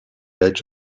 edge